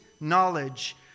knowledge